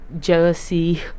jealousy